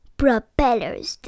propellers